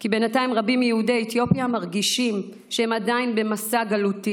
כי בינתיים רבים מיהודי אתיופיה מרגישים שהם עדיין במסע גלותי.